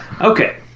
Okay